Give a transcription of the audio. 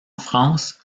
france